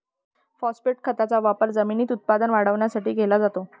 phosphate खताचा वापर जमिनीत उत्पादन वाढवण्यासाठी केला जातो